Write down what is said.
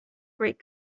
great